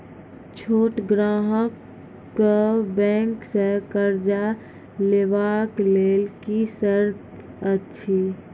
छोट ग्राहक कअ बैंक सऽ कर्ज लेवाक लेल की सर्त अछि?